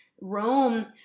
rome